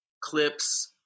clips